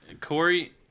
Corey